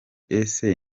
ese